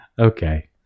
Okay